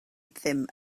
ddim